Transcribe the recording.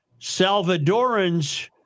Salvadorans